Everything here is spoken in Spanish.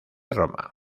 roma